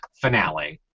finale